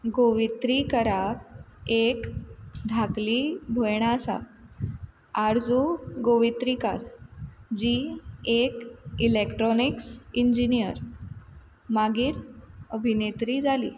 गोवित्रीकराक एक धाकली भयण आसा आरजू गोवित्रीकार जी एक इलॅक्ट्रॉनिक्स इंजिनियर मागीर अभिनेत्री जाली